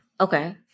Okay